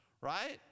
right